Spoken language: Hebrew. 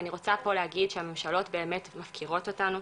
ואני רוצה פה להגיד שהממשלות באמת מפקירות אותנו.